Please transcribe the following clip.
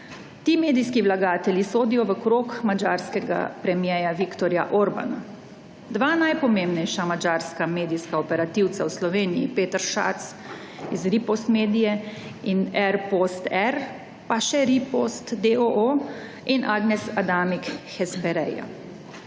Ti medijski vlagatelji sodijo v krog madžarskega premierja Viktorja Orbana. Dva najpomembnejša madžarska medijska operativca v Sloveniji Peter Schatz iz Ripost Media in R-Post-R pa še Ripost, d.o.o., in Agnes Adamik, Hesperia.